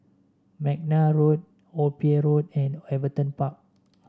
McNair Road Old Pier Road and Everton Park